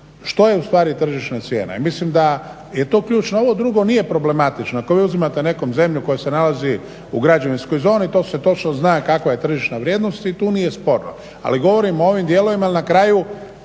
što je ustvari tržišna cijena i mislim da je to ključno, a ovo drugo nije problematično, ako vi uzimate nekom zemlju koja se nalazi u građevinskoj zoni, to se točno zna kakva je tržišna vrijednost i tu nije sporno, ali govorim o ovim dijelovima jer na kraju